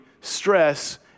stress